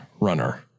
runner